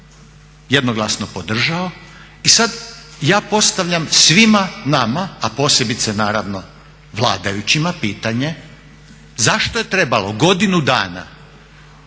jednoglasno podržao. I sad ja postavljam svima nama, a posebice naravno vladajućima pitanje zašto je trebalo godinu dana